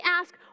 ask